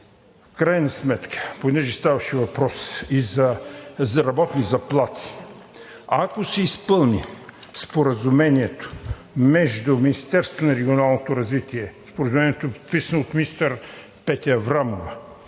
В крайна сметка, понеже ставаше въпрос и за работни заплати, ако се изпълни Споразумението между Министерството на регионалното развитие и благоустройството – Споразумението е подписано от министър Петя Аврамова,